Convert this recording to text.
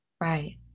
right